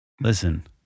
Listen